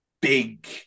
big